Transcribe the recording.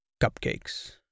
Cupcakes